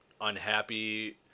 unhappy